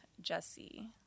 jesse